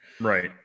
Right